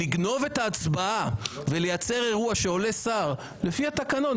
לגנוב את ההצבעה ולייצר אירוע שעולה שר לפי התקנון,